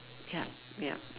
yup yup